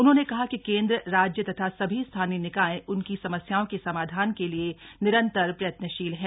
उन्होंने कहा कि केन्द्र राज्य तथा सभी स्थानीय निकाय उनकी समस्याओं के समाधान के लिए निरंतर प्रयत्नशील हैं